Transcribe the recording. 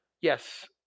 yes